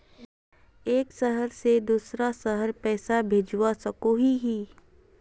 एक शहर से दूसरा शहर पैसा भेजवा सकोहो ही?